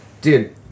dude